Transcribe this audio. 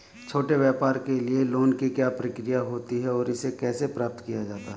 छोटे व्यापार के लिए लोंन की क्या प्रक्रिया होती है और इसे कैसे प्राप्त किया जाता है?